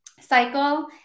cycle